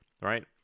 right